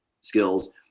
skills